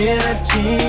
Energy